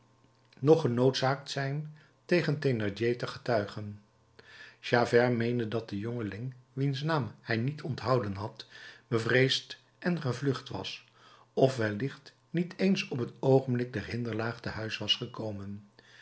noch genoodzaakt zijn tegen thénardier te getuigen javert meende dat de jongeling wiens naam hij niet onthouden had bevreesd geweest en gevlucht was of wellicht niet eens op t oogenblik der hinderlaag te huis was gekomen